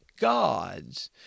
gods